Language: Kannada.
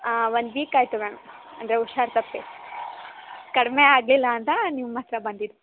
ಒಂದು ವೀಕ್ ಆಯಿತು ಮ್ಯಾಮ್ ಅಂದರೆ ಹುಷಾರ್ ತಪ್ಪಿ ಕಡಿಮೆ ಆಗಲಿಲ್ಲ ಅಂತ ನಿಮ್ಮ ಹತ್ತಿರ ಬಂದಿದ್ದು